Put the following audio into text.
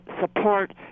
support